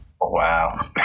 Wow